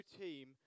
team